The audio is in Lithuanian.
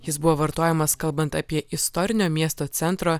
jis buvo vartojamas kalbant apie istorinio miesto centro